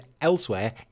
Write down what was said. elsewhere